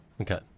Okay